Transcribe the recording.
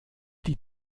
die